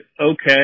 okay